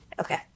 Okay